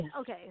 okay